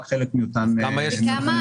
רק חלק מאותן משרות.